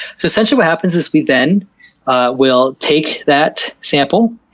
so, essentially what happens is we then will take that sample,